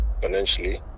financially